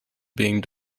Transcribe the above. being